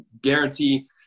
guarantee